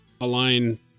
align